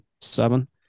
seven